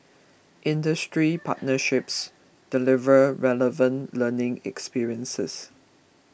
industry partnerships deliver relevant learning experiences